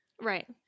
Right